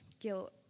guilt